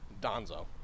Donzo